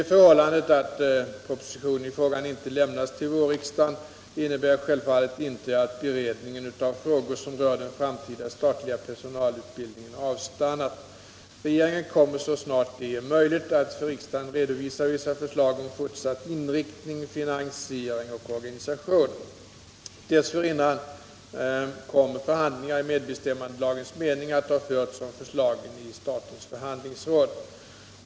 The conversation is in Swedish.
innebär självfallet inte att beredningen av frågor som rör den framtida statliga personalutbildningen avstannat. Regeringen kommer så snart det Om den statliga är möjligt att för riksdagen redovisa vissa förslag om fortsatt inriktning, personalutbildningfinansiering och organisation. Dessförinnan kommer förhandlingar i med = en bestämmandelagens mening att ha förts om förslagen i statens förhandlingsråd.